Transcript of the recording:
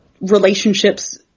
relationships